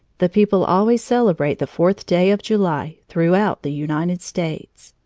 the people always celebrate the fourth day of july throughout the united states.